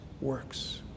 works